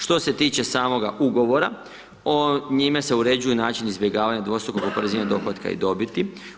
Što se tiče samoga Ugovora, njime se uređuju način izbjegavanja dvostrukog oporezivanja dohotka i dobiti.